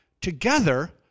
together